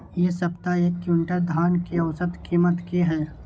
इ सप्ताह एक क्विंटल धान के औसत कीमत की हय?